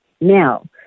now